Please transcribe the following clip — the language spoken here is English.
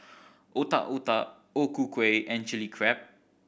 Otak Otak O Ku Kueh and Chili Crab